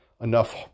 enough